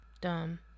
dumb